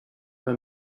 for